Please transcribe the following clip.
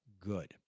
good